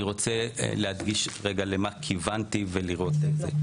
אני רוצה להדגיש רגע למה כיוונתי, ולראות את זה.